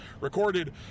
recorded